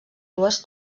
dues